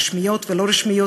רשמיות ולא רשמיות,